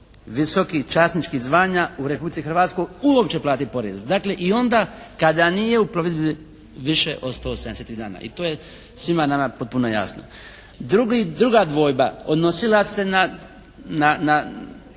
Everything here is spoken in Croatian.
visokih časničkih zvanja u Republici Hrvatskoj uopće platiti porez. Dakle i onda kada nije u plovidbi više od 183 dana i to je svima nama potpuno jasno. Druga dvojba odnosila se na